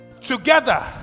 Together